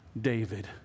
David